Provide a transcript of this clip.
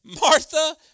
Martha